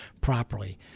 properly